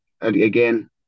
again